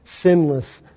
sinless